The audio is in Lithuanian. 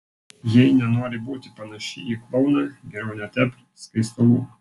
jei nenori būti panaši į klouną geriau netepk skaistalų